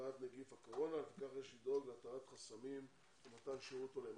השפעת נגיף הקורונה לפיכך יש לדאוג להתרת חסמים ומתן שירות הולם.